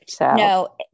No